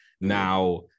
Now